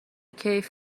کیف